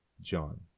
John